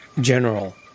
general